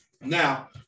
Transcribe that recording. Now